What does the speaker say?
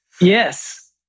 Yes